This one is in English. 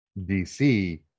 DC